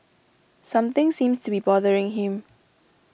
something seems to be bothering him